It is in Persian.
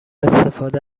استفاده